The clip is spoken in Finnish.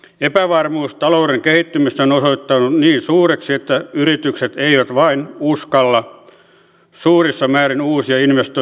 epävarmuus talouden kehittymisestä on osoittautunut niin suureksi että yritykset eivät vain uskalla suurissa määrin uusia investointeja tehdä